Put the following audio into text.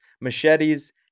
machetes